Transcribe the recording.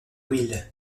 will